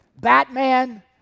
Batman